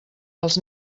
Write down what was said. els